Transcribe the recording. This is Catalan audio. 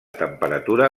temperatura